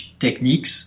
techniques